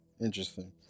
Interesting